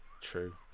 True